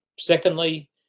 Secondly